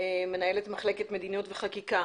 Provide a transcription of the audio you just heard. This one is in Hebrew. מנהל מחלקת מדיניות וחקיקה.